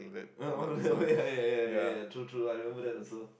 oh that one ya ya ya ya ya true true I remember that also